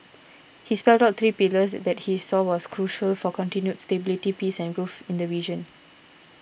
he spelt out three pillars that he saw as crucial for continued stability peace and growth in the region